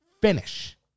Finish